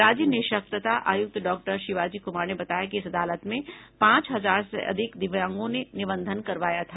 राज्य निःशक्तता आयुक्त डॉक्टर शिवाजी कुमार ने बताया कि इस अदालत में पांच हजार से अधिक दिव्यांगों ने निबंधन करवाया था